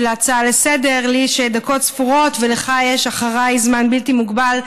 ההצעה לסדר-היום: לי יש דקות ספורות ולך יש אחריי זמן בלתי מוגבל,